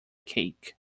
cake